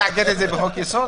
חבר הכנסת